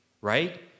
right